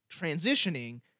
transitioning